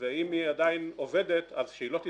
ואם היא עדיין עובדת, אז שהיא לא תתכנס.